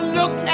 look